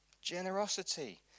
generosity